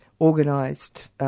organised